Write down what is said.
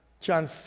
John